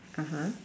(uh huh)